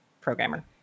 programmer